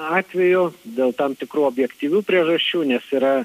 atvejų dėl tam tikrų objektyvių priežasčių nes yra